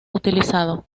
utilizado